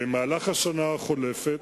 במהלך השנה החולפת